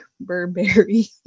Burberry